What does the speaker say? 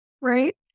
right